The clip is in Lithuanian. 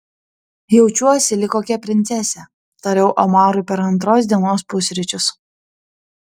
jaučiuosi lyg kokia princesė tariau omarui per antros dienos pusryčius